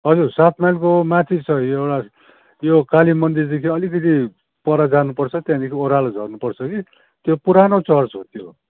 हजुर सात माइलको माथि छ एउटा यो काली मन्दिरदेखि अलिकति पर जानु पर्छ त्यहाँदेखि ओह्रालो झर्नु पर्छ कि त्यो पुरानो चर्च हो त्यो